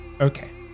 okay